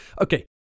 Okay